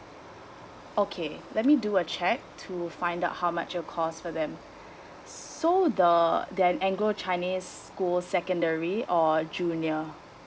okay let me do a check to find out how much it'll cost for them so the the anglo chinese school secondary or junior